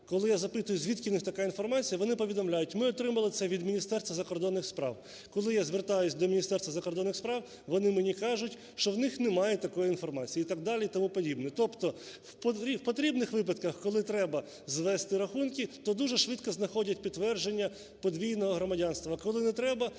Коли я запитую, звідки в них така інформація, вони повідомляють, ми отримали це від Міністерства закордонних справ. Коли я звертаюсь до Міністерства закордонних справ, вони мені кажуть, що в них немає такої інформації і так далі, і тому подібне. Тобто в потрібних випадках, коли треба звести рахунки, то дуже швидко знаходять підтвердження подвійного громадянства. Коли не треба,